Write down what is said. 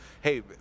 Hey